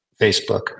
Facebook